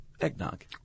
eggnog